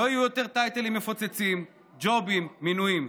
לא יהיו יותר טייטלים מפוצצים, ג'ובים, מינויים,